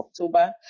October